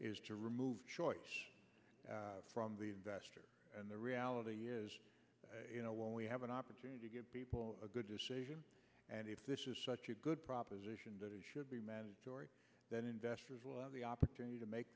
remove choice from the investor and the reality is you know when we have an opportunity to give people a good decision and if this is such a good proposition that it should be mandatory then investors will have the opportunity to make